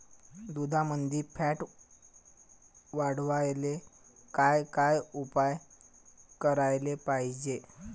दुधामंदील फॅट वाढवायले काय काय उपाय करायले पाहिजे?